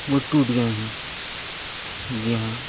وہ ٹوٹ گئے ہیں جی ہاں